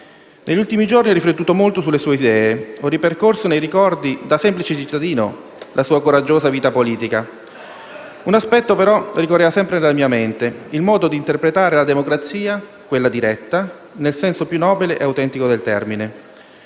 Negli ultimi giorni ho riflettuto molto sulle sue idee; ho ripercorso, nei ricordi da semplice cittadino, la sua coraggiosa vita politica. Un aspetto, però, ricorreva sempre nella mia mente: il modo di interpretare la democrazia, quella diretta, nel senso più nobile ed autentico del termine.